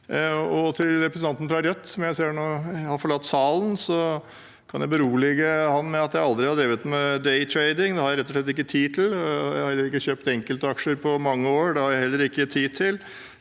2014. Representanten fra Rødt, som jeg ser nå har forlatt salen, kan jeg berolige med at jeg aldri har drevet med «day trading». Det har jeg rett og slett ikke tid til. Jeg har heller ikke kjøpt enkeltaksjer på mange år.